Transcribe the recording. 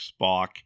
spock